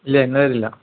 ഇല്ല ഇന്ന് വരില്ല